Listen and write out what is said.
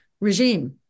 regime